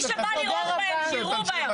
מי שבא לירות בהם, שיירו בו.